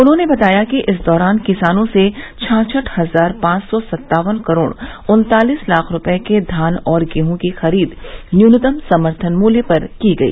उन्होंने बताया कि इस दौरान किसानों से छाछठ हजार पांच सौ सत्तावन करोड़ उन्तालीस लाख रूपये के धान और गेहूं की खरीद न्यूनतम समर्थन मूल्य पर की गई